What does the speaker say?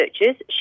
researchers